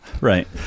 right